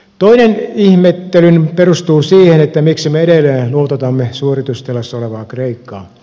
toinen ihmettelyni perustuu siihen miksi me edelleen luototamme suoritustilassa olevaa kreikkaa